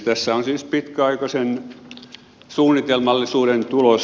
tässä on siis pitkäaikaisen suunnitelmallisuuden tulos